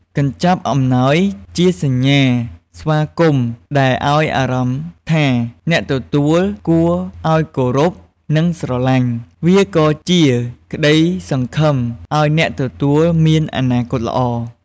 កញ្ចប់អំណោយជាសញ្ញាស្វាគមន៍ដែលឱ្យអារម្មណ៍ថា អ្នកទទួលគួរឱ្យគោរព និងស្រលាញ់។ វាក៏ជាក្ដីសង្ឃឹមឱ្យអ្នកទទួលមានអនាគតល្អ។